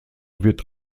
wird